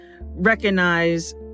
recognize